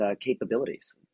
capabilities